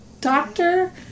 doctor